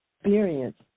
experience